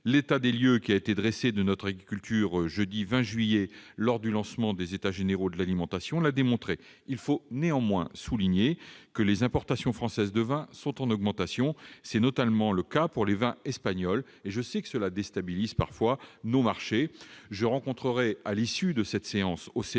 L'état des lieux de notre agriculture qui a été dressé jeudi 20 juillet, lors du lancement des états généraux de l'alimentation, l'a démontré. Il faut néanmoins souligner que les importations françaises de vin sont en augmentation. C'est notamment le cas pour les vins espagnols, et cela déstabilise parfois nos marchés. Eh oui ! Je rencontrerai, à l'issue de cette séance au